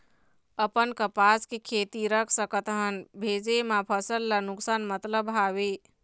अपन कपास के खेती रख सकत हन भेजे मा फसल ला नुकसान मतलब हावे?